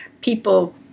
people